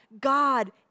God